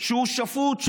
הוא שפוט.